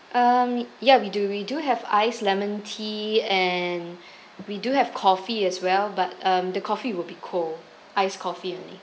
um ya we do we do have iced lemon tea and we do have coffee as well but um the coffee will be cold iced coffee only